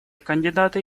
кандидаты